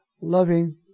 loving